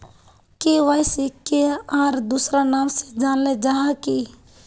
KYC के आर दोसरा नाम से जानले जाहा है की?